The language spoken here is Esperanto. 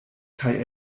kaj